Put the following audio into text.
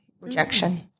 rejection